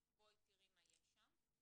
בואי תראי מה יש שם.